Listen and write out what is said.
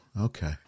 okay